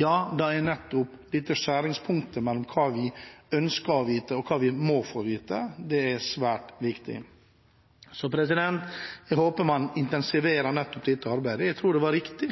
ja, da er nettopp dette skjæringspunktet mellom hva vi ønsker å vite, og hva vi må få vite, svært viktig. Jeg håper man intensiverer dette arbeidet. Jeg tror det var riktig